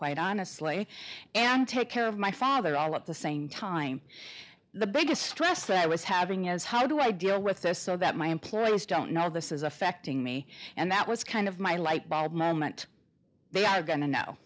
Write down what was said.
quite honestly and take care of my father all at the same time the biggest stress that i was having is how do i deal with this so that my employees don't know this is affecting me and that was kind of my lightbulb moment they are going to know